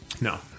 No